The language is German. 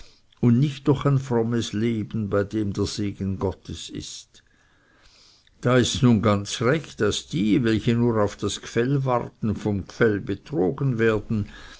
und nicht durch ein frommes leben bei dem der segen gottes ist da ists nun ganz recht daß die welche nur auf das gfell warten vom gfell betrogen werden